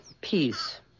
Peace